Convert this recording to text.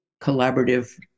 collaborative